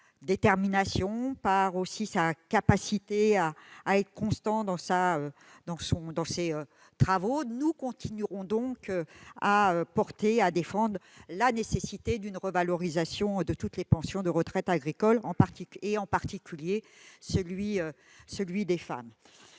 et sa capacité à se montrer constant dans ses travaux. Nous continuerons donc à défendre la nécessité d'une revalorisation de toutes les pensions de retraite agricoles, en particulier celles des femmes.